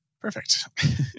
Perfect